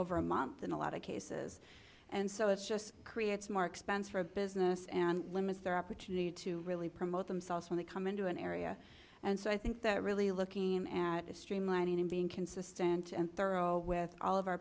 over a month in a lot of cases and so it's just creates mark spence for a business and limits their opportunity to really promote themselves when they come into an area and so i think that really looking at a streamlining and being consistent and thorough with all of our